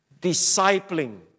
discipling